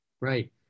Right